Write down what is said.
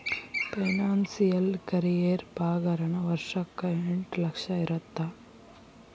financial career ಪಾಗಾರನ ವರ್ಷಕ್ಕ ಎಂಟ್ ಲಕ್ಷ ಇರತ್ತ